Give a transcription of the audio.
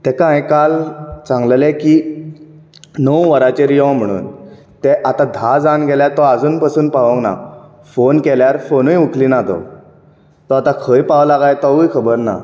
ताका हांवें काल सांगलेले की णव वरांचेर यो म्हणून ते आतां धा जावन गेल्यार तो आजून पसून पावूंक ना फोन केल्यार फोनूय उखलीना तो तो आतां खंय पावला कांय तोवूय खबर ना